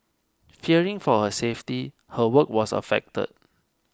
fearing for her safety her work was affected